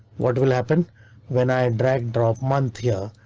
what will happen when i drag drop month here?